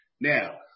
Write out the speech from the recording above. Now